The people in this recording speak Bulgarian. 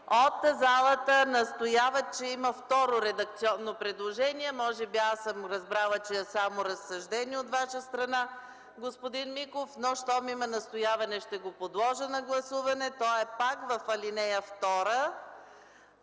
От залата настояват, че има второ редакционно предложение. Може би аз съм разбрала, че е само разсъждение от Ваша страна, господин Миков, но щом има настояване, ще го подложа на гласуване. То е пак в ал. 2